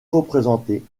représentés